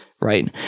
right